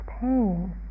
pain